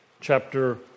chapter